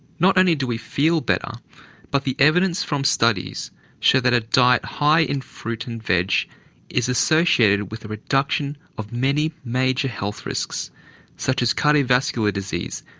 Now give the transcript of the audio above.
not only do we feel better but the evidence from studies show that a diet high in fruit and veg is associated with a reduction of many major health risks such as cardiovascular disease,